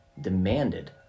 demanded